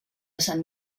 sant